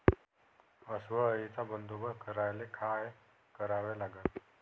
अस्वल अळीचा बंदोबस्त करायले काय करावे लागन?